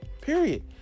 period